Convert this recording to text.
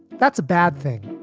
that's a bad thing.